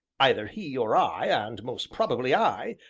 either he or i, and most probably i,